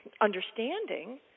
understanding